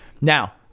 Now